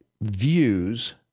views